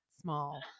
small